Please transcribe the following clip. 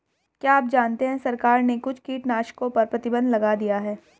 क्या आप जानते है सरकार ने कुछ कीटनाशकों पर प्रतिबंध लगा दिया है?